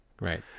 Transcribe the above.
Right